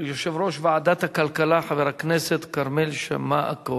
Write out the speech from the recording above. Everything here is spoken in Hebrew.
יושב ראש ועדת הכלכלה, חבר הכנסת כרמל שאמה-הכהן.